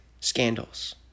scandals